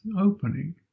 opening